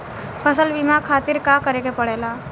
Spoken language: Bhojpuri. फसल बीमा खातिर का करे के पड़ेला?